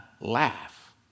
laugh